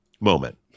moment